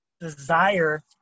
desire